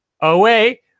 Away